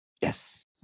Yes